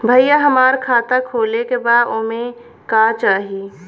भईया हमार खाता खोले के बा ओमे का चाही?